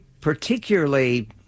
particularly